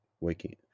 waking